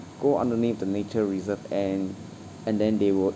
go underneath the nature reserve and and then they will